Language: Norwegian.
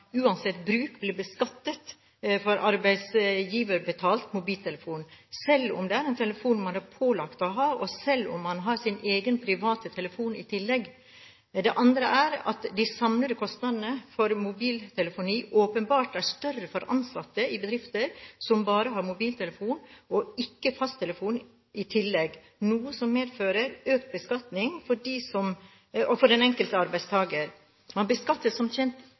uansett bruk blir beskattet for arbeidsgiverbetalt mobiltelefon – selv om denne telefonen er noe man er pålagt å ha, og selv om man har sin egen private telefon i tillegg. Det andre er at de samlede kostnadene for mobiltelefoni åpenbart er større for ansatte i bedrifter som bare har mobiltelefon og ikke fasttelefon i tillegg, noe som medfører økt beskatning for den enkelte arbeidstaker. Man beskattes som kjent